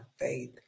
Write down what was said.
faith